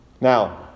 Now